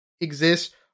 exist